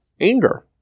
anger